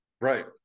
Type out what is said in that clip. right